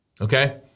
Okay